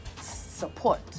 support